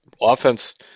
offense